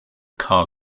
car